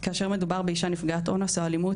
כאשר מדובר באישה נפגעת אונס או אלימות